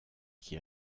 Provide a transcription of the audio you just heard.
qui